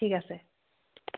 ঠিক আছে